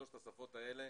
שלוש השפות האלה